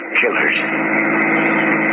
killers